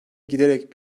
giderek